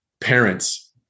parents